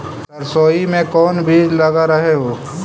सरसोई मे कोन बीज लग रहेउ?